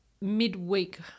midweek